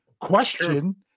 question